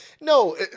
No